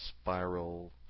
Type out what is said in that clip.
spiral